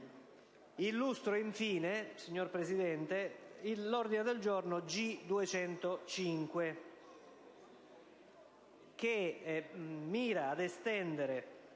signor Presidente, l'ordine del giorno G205, che mira ad estendere